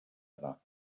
other